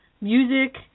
music